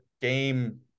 game